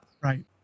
Right